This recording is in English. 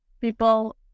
people